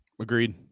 Agreed